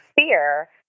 fear